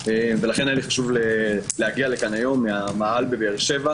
לכן היה לי חשוב להגיע לכאן היום מהמאהל בבאר-שבע.